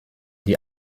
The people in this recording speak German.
die